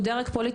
הוא דרג פוליטי,